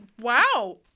wow